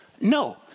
No